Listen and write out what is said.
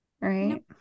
right